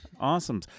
Awesome